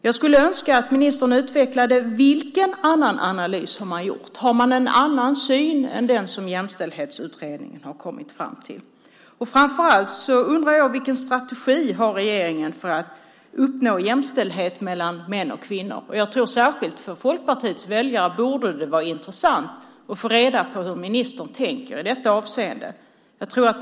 Jag skulle önska att ministern utvecklade vilken annan analys man har gjort. Har man en annan syn än den som Jämställdhetsutredningen har kommit fram till? Framför allt undrar jag vilken strategi regeringen har för att uppnå jämställdhet mellan män och kvinnor. Särskilt för Folkpartiets väljare borde det vara intressant att få reda på hur ministern tänker i detta avseende.